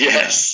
Yes